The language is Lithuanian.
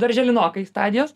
darželinokai stadijos